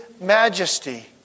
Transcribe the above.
majesty